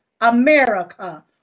America